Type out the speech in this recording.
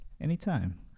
anytime